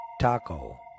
Taco